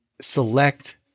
select